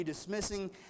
dismissing